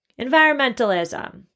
environmentalism